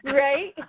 right